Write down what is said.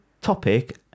topic